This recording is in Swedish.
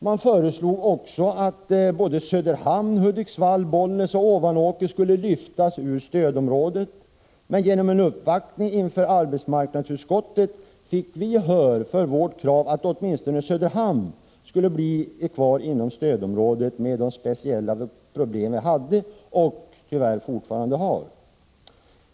Det föreslogs också att Söderhamn, Hudiksvall, Bollnäs och Ovanåker skulle lyftas ur stödområdet, men genom en uppvaktning inför arbetsmarknadsutskottet fick vi gehör för vårt krav att åtminstone Söderhamn skulle vara kvar inom stödområdet med de speciella problem som vi hade och som vi tyvärr fortfarande har.